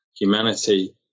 Humanity